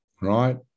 right